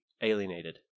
alienated